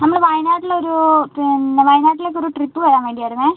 നമ്മൾ വയനാട്ടിൽ ഒരു പിന്നെ വയനാട്ടിലേക്ക് ഒരു ട്രിപ്പ് പോകാൻ വേണ്ടി ആയിരുന്നേ